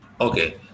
okay